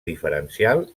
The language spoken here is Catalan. diferencial